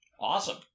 Awesome